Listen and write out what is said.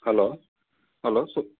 hello hello